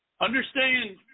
Understand